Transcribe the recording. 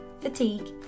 fatigue